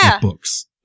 books